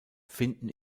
finden